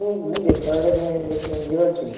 ମୁଁ ମୁଁ ଯେତେବେଳେ ଦେଖିବ ଯିବ ଥିବି